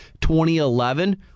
2011